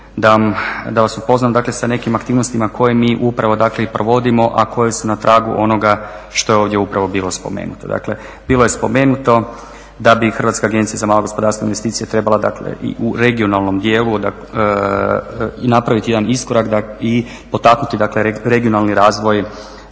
da vas upoznam dakle sa nekim aktivnostima koje mi upravo i provodimo, a koje su na tragu onoga što je ovdje upravo bilo spomenuto. Dakle, bilo je spomenuto da bi Hrvatska agencija za malo gospodarstvo i investicije trebala dakle i u regionalnom dijelu i napraviti jedan iskorak i potaknuti dakle regionalni razvoj